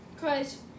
Cause